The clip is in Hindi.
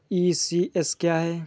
ई.सी.एस क्या है?